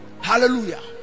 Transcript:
Hallelujah